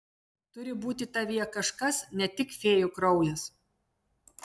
turi būti tavyje kažkas ne tik fėjų kraujas